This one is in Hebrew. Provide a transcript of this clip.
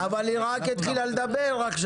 רגע, תנו לה לדבר.